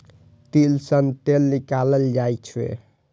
तिल सं तेल निकालल जाइ छै